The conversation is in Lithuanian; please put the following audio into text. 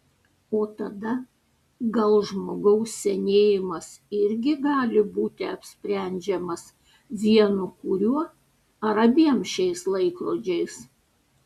o tada gal žmogaus senėjimas irgi gali būti apsprendžiamas vienu kuriuo ar abiem šiais laikrodžiais